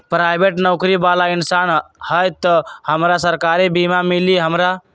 Private नौकरी बाला इंसान हई त हमरा सरकारी बीमा मिली हमरा?